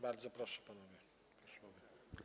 Bardzo proszę, panowie posłowie.